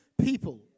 people